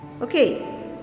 Okay